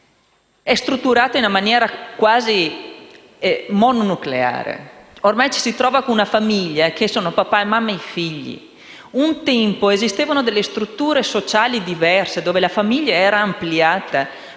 è strutturata in maniera quasi mononucleare. Ormai ci si trova con una famiglia composta dal papà, dalla mamma e dai figli, mentre un tempo esistevano delle strutture sociali diverse, dove la famiglia era ampliata